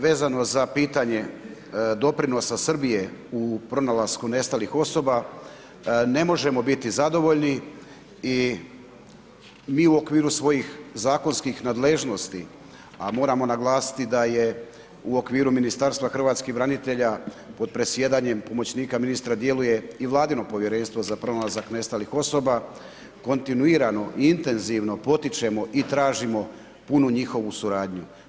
Vezano za pitanje doprinosa Srbije u pronalasku nestalih osoba ne možemo biti zadovoljni i mi u okviru svojih zakonskih nadležnosti a moramo naglasiti da je u okviru Ministarstva hrvatskih branitelja pod predsjedanjem pomoćnika ministra djeluje i Vladino povjerenstvo za pronalazak nestalih osoba, kontinuirano i intenzivno potičemo i tražimo punu njihovu suradnju.